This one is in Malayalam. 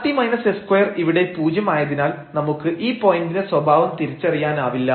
rt s2 ഇവിടെ പൂജ്യം ആയതിനാൽ നമുക്ക് ഈ പോയന്റിന്റെ സ്വഭാവം തിരിച്ചറിയാനാവില്ല